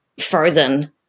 frozen